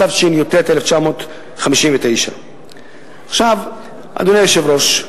התשי"ט 1959. אדוני היושב-ראש,